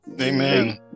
Amen